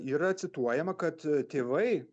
yra cituojama kad tėvai